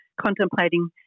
contemplating